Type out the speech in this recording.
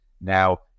Now